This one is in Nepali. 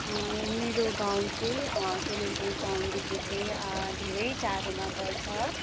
मेरो गाउँ चाहिँ कालिम्पोङ टाउनदेखि चाहिँ धेरै टाडोमा पर्छ